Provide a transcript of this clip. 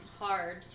hard